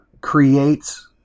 creates